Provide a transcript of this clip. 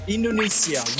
Indonesia